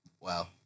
Wow